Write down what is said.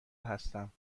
هستم